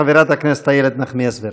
חברת הכנסת איילת נחמיאס ורבין.